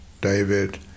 David